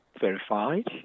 verified